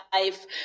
life